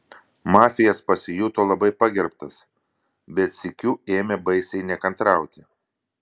mafijas pasijuto labai pagerbtas bet sykiu ėmė baisiai nekantrauti